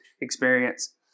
experience